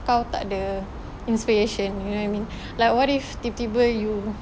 kau tak ada inspiration you know what I mean like what if tiba-tiba you